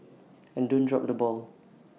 and don't drop the ball